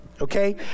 Okay